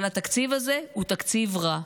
אבל התקציב הזה הוא תקציב רע,